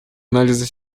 анализа